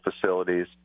facilities